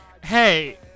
Hey